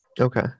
Okay